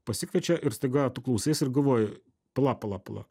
pasikviečia ir staiga tu klausaisi ir galvoji pala pala pala